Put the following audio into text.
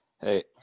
Hey